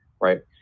Right